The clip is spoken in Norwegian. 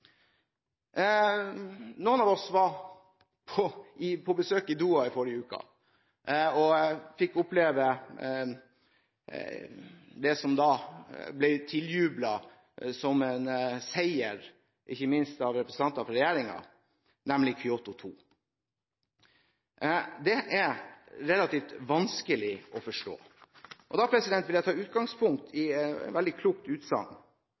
Noen av oss var på besøk i Doha i forrige uke og fikk oppleve det som ble tiljublet som en seier, ikke minst av representanter for regjeringen, nemlig Kyoto 2. Det er relativt vanskelig å forstå. Jeg vil da ta utgangspunkt i et veldig klokt utsagn,